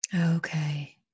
Okay